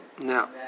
Now